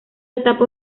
etapa